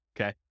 okay